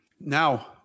now